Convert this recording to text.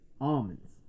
Almonds